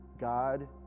God